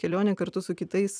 kelionę kartu su kitais